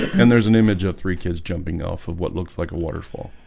and there's an image of three kids jumping off of what looks like a waterfall